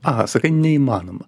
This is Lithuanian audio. aha sakai neįmanoma